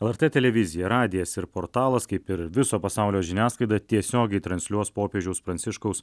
lrt televizija radijas ir portalas kaip ir viso pasaulio žiniasklaida tiesiogiai transliuos popiežiaus pranciškaus